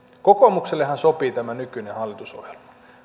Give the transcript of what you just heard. kokoomuksellehan sopii tämä nykyinen hallitusohjelma